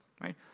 right